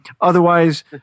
Otherwise